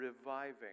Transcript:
reviving